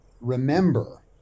remember